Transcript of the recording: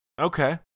okay